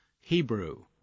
Hebrew